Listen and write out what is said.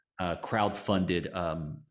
crowdfunded